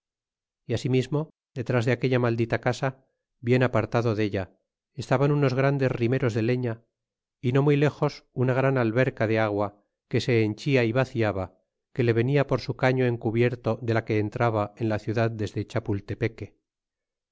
y asimismo detras de aquella maldita casa bien apartado della estaban unos grandes rimeros de leña y no muy ajos una gran alberca de agua que se henchía y vaciaba que le venia por su caño encubierto de la que entraba en la ciudad desde